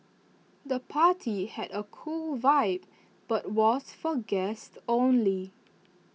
the party had A cool vibe but was for guests only